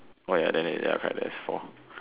oh ya then uh ya correct there's four